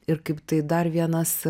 ir kaip tai dar vienas